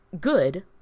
good